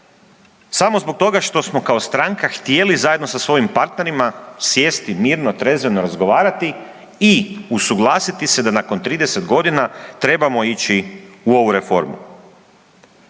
samo zbog toga što smo kao stranka htjeli zajedno sa svojim partnerima sjesti mirno, trezveno razgovarati i usuglasiti se da nakon 30 godina trebamo ići u ovu reformu.